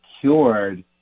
cured